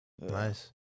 Nice